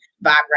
vibrate